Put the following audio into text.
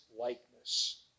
likeness